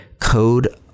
code